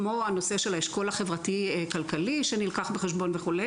כמו הנושא של האשכול החברתי-כלכלי שנלקח בחשבון וכו',